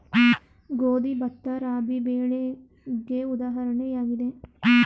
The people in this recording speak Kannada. ಗೋಧಿ, ಭತ್ತ, ರಾಬಿ ಬೆಳೆಗೆ ಉದಾಹರಣೆಯಾಗಿದೆ